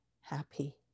happy